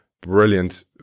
brilliant